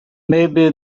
maybe